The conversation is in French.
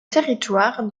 territoire